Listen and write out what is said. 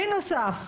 בנוסף,